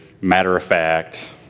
matter-of-fact